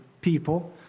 people